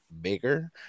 bigger